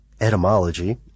etymology